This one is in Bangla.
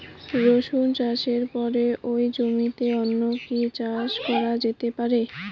রসুন চাষের পরে ওই জমিতে অন্য কি চাষ করা যেতে পারে?